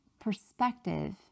perspective